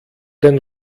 den